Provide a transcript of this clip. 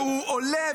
הוא עולה,